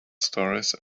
stories